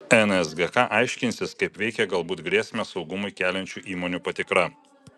nsgk aiškinsis kaip veikia galbūt grėsmę saugumui keliančių įmonių patikra